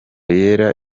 yera